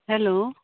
hello